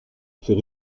fait